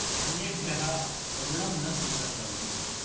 अन्येभ्यः ऋणं न स्विकर्तव्यम्